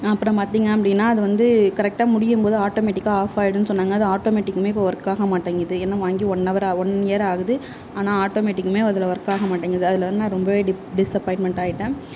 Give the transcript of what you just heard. அப்புறம் பார்த்தீங்க அப்படினா அது வந்து கரக்டா முடியும்போது ஆட்டோமெட்டிக்காக ஆஃப் ஆகிடும்னு சொன்னாங்க அது ஆட்டோமெட்டிக்கும் ஒர்க் ஆக மாட்டேங்குது ஏன்னா வாங்கி ஒன் அவர் ஒன் இயர் ஆகுது ஆனால் ஆட்டோமேட்டிக்கும் அதில் ஒர்க் ஆக மாட்டேங்குது ரொம்ப டிஸ்ஸப்பான்ட்மென்ட்டாக ஆகிட்டன்